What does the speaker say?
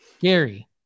Gary